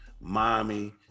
mommy